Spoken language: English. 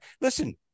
Listen